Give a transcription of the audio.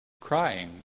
crying